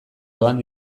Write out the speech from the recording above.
doan